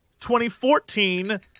2014